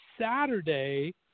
Saturday